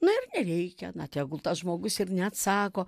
na ir nereikia na tegul tas žmogus ir neatsako